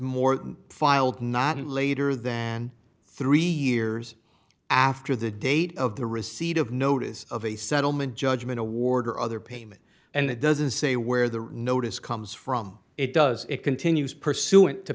than filed not later than three years after the date of the receipt of notice of a settlement judgment award or other payment and it doesn't say where the notice comes from it does it continues pursuant to